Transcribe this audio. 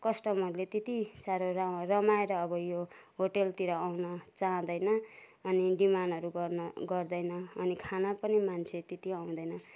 कस्टमरले त्यति साह्रो र रमाएर अब यो होटलतिर आउन चाहँदैन अनि डिमान्डहरू गर्न गर्दैन अनि खान पनि मान्छे त्यति आउँदैन